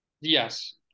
Yes